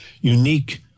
unique